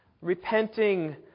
Repenting